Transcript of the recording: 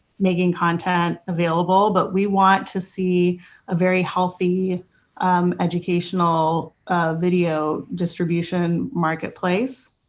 making content available, but we want to see a very healthy educational video distribution marketplace,